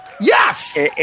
Yes